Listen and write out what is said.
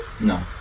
No